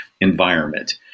environment